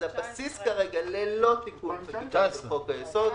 הבסיס ללא תיקון של חוק היסוד,